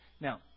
Now